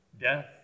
death